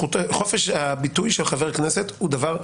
חופש הביטוי של חבר כנסת הוא דבר מקודש.